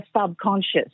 subconscious